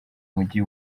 mujyi